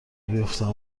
بیفتم